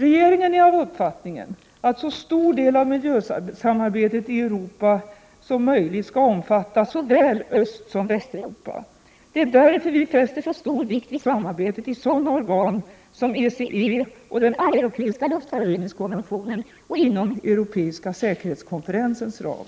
Regeringen är av uppfattningen att så stor del av miljösamarbetet i Europa som möjligt skall omfatta såväl Östsom Västeuropa. Det är därför vi fäster så stor vikt vid samarbetet i sådana organ som ECE och den alleuropeiska luftföroreningskonventionen och inom Europeiska säkerhetskonferensens ram.